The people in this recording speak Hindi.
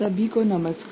सभी को नमस्कार